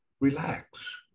relax